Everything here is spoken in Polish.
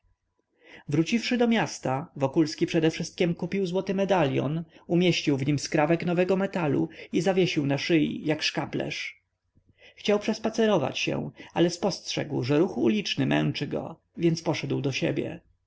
wróciwszy do miasta wokulski przedewszystkiem kupił złoty medalion umieścił w nim skrawek nowego metalu i zawiesił na szyi jak szkaplerz chciał przespacerować się ale spostrzegł że ruch uliczny męczy go więc poszedł do siebie